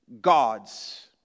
God's